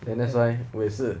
and that's why 我也是